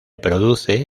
produce